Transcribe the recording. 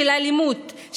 של אלימות,